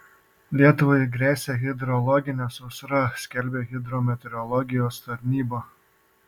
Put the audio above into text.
lietuvai gresia hidrologinė sausra skelbia hidrometeorologijos tarnyba